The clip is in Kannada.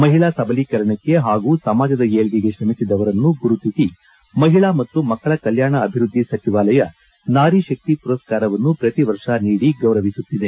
ಮಹಿಳಾ ಸಬಲೀಕರಣಕ್ಕೆ ಹಾಗೂ ಸಮಾಜದ ಏಳಿಗೆಗೆ ಶ್ರಮಿಸಿದವರನ್ನು ಗುರುತಿಸಿ ಮಹಿಳಾ ಮತ್ತು ಮಕ್ಕಳ ಕಲ್ಕಾಣ ಅಭಿವ್ಯದ್ಧಿ ಸಚಿವಾಲಯ ನಾರಿ ಶಕ್ತಿ ಮರಸ್ಕಾರವನ್ನು ಪ್ರತಿ ವರ್ಷ ನೀಡಿ ಗೌರವಿಸುತ್ತಿದೆ